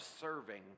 serving